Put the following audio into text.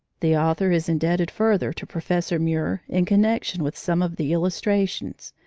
the author is indebted further to professor muir in connection with some of the illustrations,